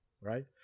right